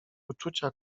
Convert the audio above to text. uczucia